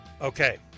okay